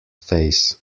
face